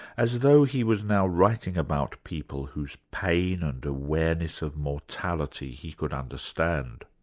as though he was now writing about people whose pain and awareness of mortality he could understand.